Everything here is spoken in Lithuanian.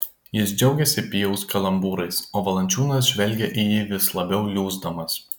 jis džiaugėsi pijaus kalambūrais o valančiūnas žvelgė į jį vis labiau liūsdamas